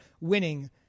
winning